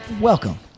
Welcome